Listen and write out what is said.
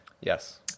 Yes